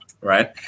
right